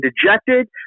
dejected